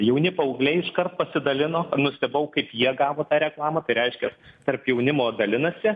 jauni paaugliai iškart pasidalino nustebau kaip jie gavo tą reklamą tai reiškias tarp jaunimo dalinasi